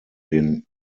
den